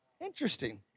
Interesting